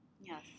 Yes